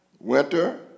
Winter